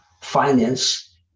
finance